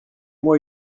moi